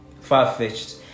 far-fetched